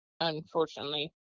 unfortunately